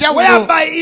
whereby